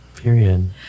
Period